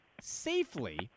safely